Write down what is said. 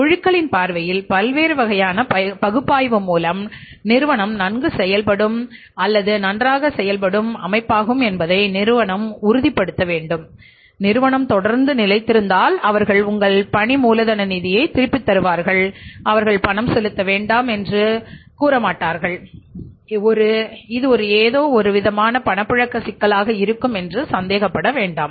குழுக்களின் பார்வையில் பல்வேறு வகையான பகுப்பாய்வு மூலம் நிறுவனம் நன்கு செயல்படும் அல்லது நன்றாக செயல்படும் அமைப்பாகும் என்பதை நிறுவனம் உறுதிப்படுத்த வேண்டும் நிறுவனம் தொடர்ந்து நிலைத்திருந்தால் அவர்கள் உங்கள் பணி மூலதன நிதியைத் திருப்பித் தருவார்கள் அவர்கள் பணம் செலுத்த வேண்டாம் என்று அவர்கள் கூற மாட்டார்கள் இது ஏதோ ஒருவிதமான பணப்புழக்க சிக்கலாக இருக்கும் என்று சந்தேகப்பட வேண்டாம்